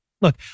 Look